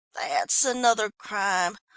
that's another crime.